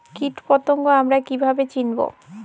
কীটপতঙ্গ আমরা কীভাবে চিনব?